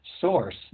source